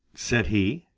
said he,